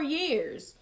years